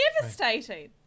devastating